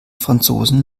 franzosen